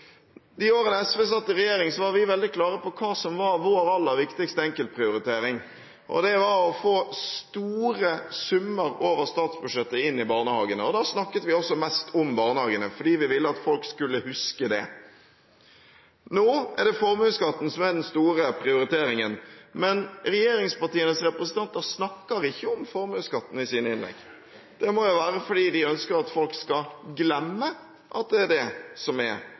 De årene SV satt i regjering, var vi veldig klare på hva som var vår aller viktigste enkeltprioritering, og det var å få store summer over statsbudsjettet inn i barnehagene. Da snakket vi også mest om barnehagene, fordi vi ville at folk skulle huske det. Nå er det formuesskatten som er den store prioriteringen, men regjeringspartienes representanter snakker ikke om formuesskatten i sine innlegg. Det må jo være fordi de ønsker at folk skal glemme at det er det som er